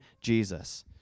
Jesus